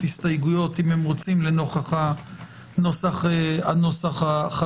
הסתייגויות אם הם רוצים נוכח הנוסח החדש.